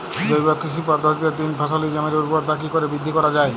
জৈব কৃষি পদ্ধতিতে তিন ফসলী জমির ঊর্বরতা কি করে বৃদ্ধি করা য়ায়?